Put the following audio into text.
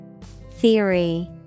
Theory